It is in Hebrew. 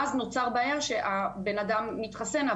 ואז נוצרת בעיה שבנאדם מתחסן,